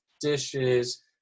dishes